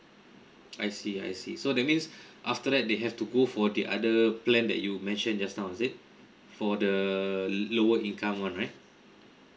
I see I see so that means after that they have to go for the other plan that you mentioned just now is it for the lower income one right